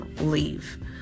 leave